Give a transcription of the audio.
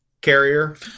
carrier